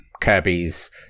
Kirby's